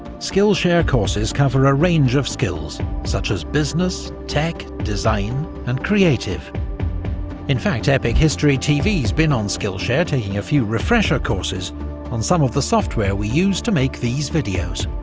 skillshare courses cover a range of skills such as business, tech, design, and creative in fact epic history tv's been on skillshare taking a few refresher courses on some of the software we use to make these videos.